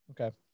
Okay